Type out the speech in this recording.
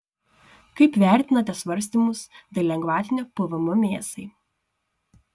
kaip vertinate svarstymus dėl lengvatinio pvm mėsai